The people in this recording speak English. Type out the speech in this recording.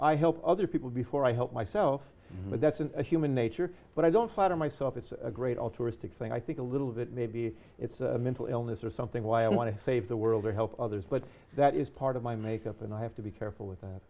i help other people before i help myself but that's in a human nature but i don't flatter myself it's a great altruistic thing i think a little bit maybe it's a mental illness or something why i want to save the world or help others but that is part of my makeup and i have to be careful with that